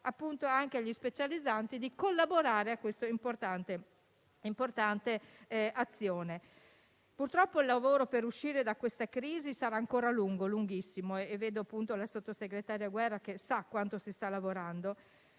specializzandi la possibilità di collaborare a questa importante azione. Purtroppo il lavoro per uscire da questa crisi sarà ancora lungo, lunghissimo, e la sottosegretaria Guerra sa quanto si sta lavorando.